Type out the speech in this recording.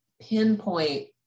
pinpoint